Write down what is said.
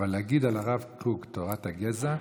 אבל להגיד על הרב קוק "תורת הגזע"?